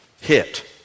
hit